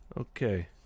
Okay